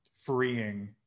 freeing